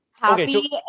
happy